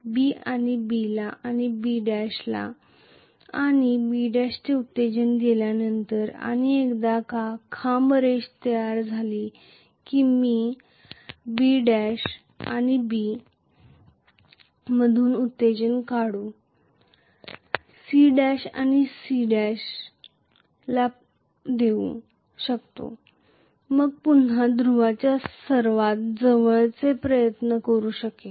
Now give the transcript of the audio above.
B आणि B' ला B आणि B चे उत्तेजन दिल्यानंतर आणि एकदा का खांबाची रेष तयार झाली की मी B आणि B मधून उत्तेजन काढून C आणि C ला देऊ शकते मग पुन्हा ध्रुवाच्या सर्वात जवळचे जे प्रयत्न करू शकेल